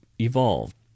evolved